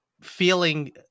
feeling